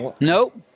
Nope